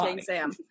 sam